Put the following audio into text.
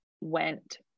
went